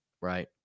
Right